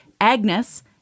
Agnes